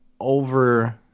over –